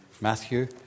Matthew